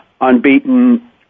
unbeaten